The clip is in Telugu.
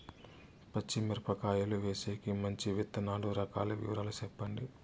పచ్చి మిరపకాయలు వేసేకి మంచి విత్తనాలు రకాల వివరాలు చెప్పండి?